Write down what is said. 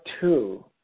two